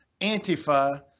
Antifa